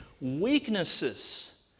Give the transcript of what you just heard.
weaknesses